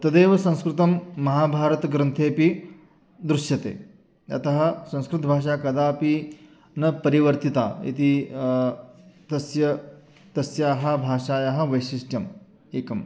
तदेव संस्कृतं महाभारतग्रन्थेऽपि दृश्यते अतः संस्कृतभाषा कदापि न परिवर्तिता इति तस्य तस्याः भाषायाः वैशिष्ट्यम् एकम्